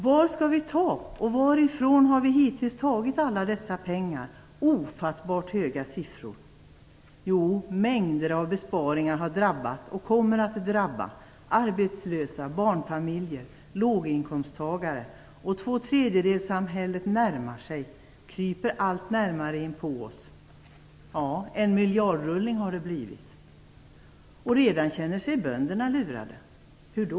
Var skall vi ta och varifrån har vi hittills tagit alla dessa pengar - ofattbart höga siffror? Jo, mängder av besparingar har drabbat och kommer att drabba arbetslösa, barnfamiljer, låginkomsttagare. Tvåtredjedelssamhället närmar sig, kryper allt närmare inpå oss. Ja, en miljardrullning har det blivit. Redan känner sig bönderna lurade. Hur då?